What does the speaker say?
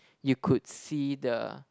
you could see the